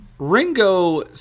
Ringo